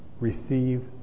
Receive